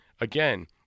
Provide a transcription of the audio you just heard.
again